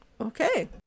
Okay